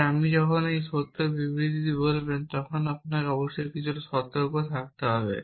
তাই আপনি যখন এটি একটি সত্য বিবৃতি বলবেন তখন আপনাকে অবশ্যই কিছুটা সতর্ক থাকতে হবে